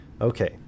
Okay